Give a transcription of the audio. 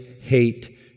hate